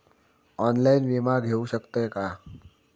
Online विमा घेऊ शकतय का?